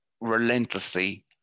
relentlessly